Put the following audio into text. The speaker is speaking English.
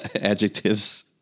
adjectives